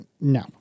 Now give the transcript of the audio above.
no